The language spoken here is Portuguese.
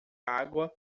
água